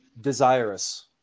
desirous